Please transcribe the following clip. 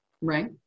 right